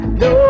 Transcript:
no